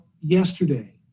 yesterday